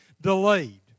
delayed